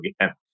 again